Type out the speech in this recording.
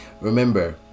Remember